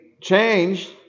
changed